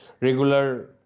regular